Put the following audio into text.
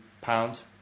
pounds